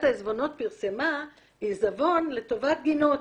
העיזבונות פרסמה אודות חלוקת עיזבון לטובת גינות.